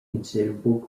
considerable